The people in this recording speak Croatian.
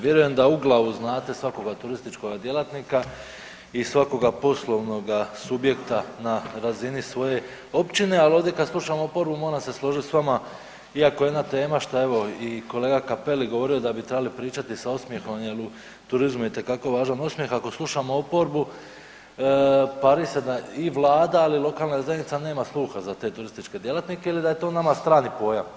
Vjerujem da u glavu znate svakoga turističkog djelatnika i svakoga poslovnoga subjekta na razini svoje općine, ali ovdje kad slušam oporbu, moram se složiti s vama iako jedna tema šta evo i kolega Cappelli govorio da bi trebali pričati sa osmjehom, jer u turizmu je itekako važan osmjeh, ako slušamo oporbu pari se da i Vlada ali i lokalna zajednica nema sluha za te turističke djelatnike ili da je to nama strani pojam.